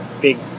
big